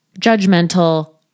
judgmental